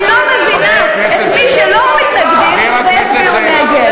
אני לא מבינה את מי שלא מתנגדים ויצביעו נגד,